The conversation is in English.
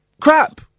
crap